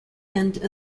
end